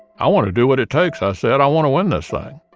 i want to do what it takes, i said. i want to win this thing